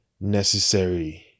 necessary